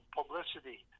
publicity